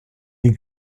est